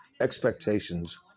expectations